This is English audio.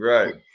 Right